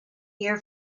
year